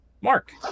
Mark